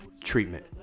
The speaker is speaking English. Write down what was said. Treatment